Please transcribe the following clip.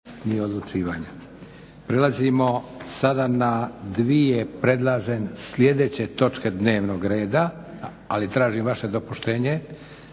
Josip (SDP)** Prelazimo sada na dvije predlažem sljedeće točke dnevnog reda, ali tražim vaše dopuštenje